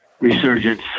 resurgence